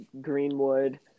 Greenwood